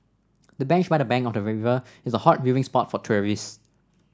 the bench by the bank of the river is a hot viewing spot for tourists